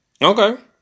Okay